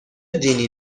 دینی